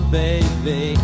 baby